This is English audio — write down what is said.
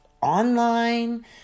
online